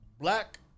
Black